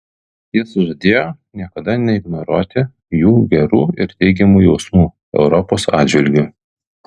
jis žadėjo niekada neignoruoti jų gerų ir teigiamų jausmų europos atžvilgiu